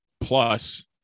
plus